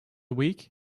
week